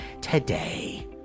today